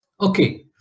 Okay